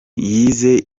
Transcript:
yize